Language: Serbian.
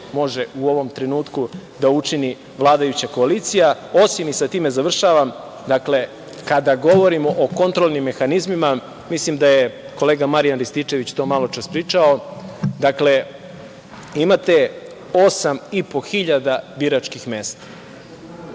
može u ovom trenutku da učini vladajuća koalicija osim, i sa time završavam, dakle, kada govorimo o kontrolnim mehanizmima, mislim da je kolega Marijan Rističević to maločas pričao, imate osam i po hiljada biračkih mesta.